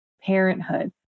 parenthood